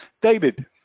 David